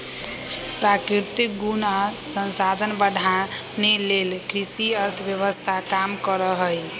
प्राकृतिक गुण आ संसाधन बढ़ाने लेल कृषि अर्थव्यवस्था काम करहइ